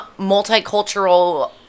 multicultural